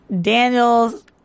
Daniel's